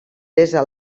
besa